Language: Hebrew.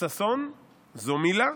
ששון זו מילה,